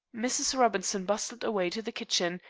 mrs. robinson bustled away to the kitchen,